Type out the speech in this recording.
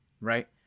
Right